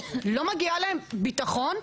לא מגיע להן ביטחון?